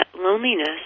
loneliness